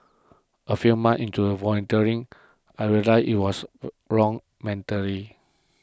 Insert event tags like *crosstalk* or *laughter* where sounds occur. a few months into volunteering I realised it was the wrong *unintelligible*